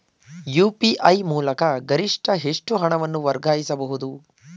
UPI ಮೂಲಕ ಗರಿಷ್ಠ ಎಷ್ಟು ಹಣವನ್ನು ವರ್ಗಾಯಿಸಬಹುದು?